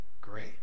great